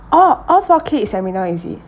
oh all four K is seminar is it